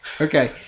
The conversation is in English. Okay